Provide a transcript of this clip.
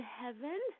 heaven